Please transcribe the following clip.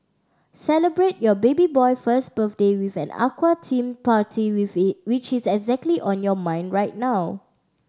celebrate your baby boy first birthday with an aqua theme party with it which is exactly on your mind right now